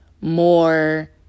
more